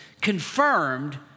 confirmed